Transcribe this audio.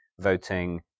voting